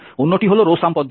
অন্যটি হল row sum পদ্ধতি